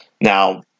Now